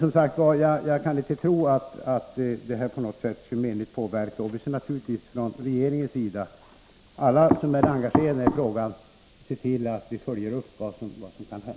Jag tror som sagt inte att det ifrågavarande beslutet kommer att få någon negativ effekt, men naturligtvis skall regeringen och alla andra engagerade följa utvecklingen.